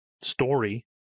story